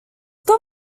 got